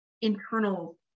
internal